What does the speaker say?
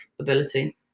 ability